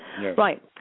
Right